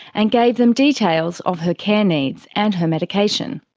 and gave them details of her care needs and her medication.